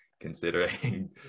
Considering